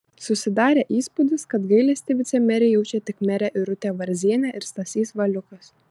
susidarė įspūdis kad gailestį vicemerei jaučia tik merė irutė varzienė ir stasys valiukas